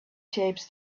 shapes